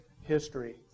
history